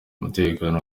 umutekano